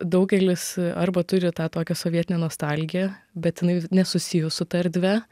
daugelis arba turi tą tokią sovietinę nostalgiją bet jinai nesusijus su ta erdve